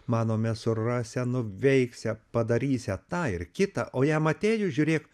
manome surasią nuveiksią padarysią tą ir kitą o jam atėjus žiūrėk